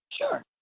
sure